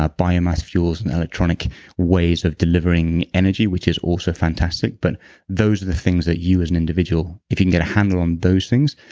ah biomass fuels and electronic ways of delivering energy, which is also fantastic. but those are the things that you as an individual, if you can get a handle on those things,